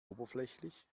oberflächlich